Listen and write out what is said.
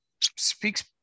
speaks